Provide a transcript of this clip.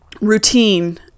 routine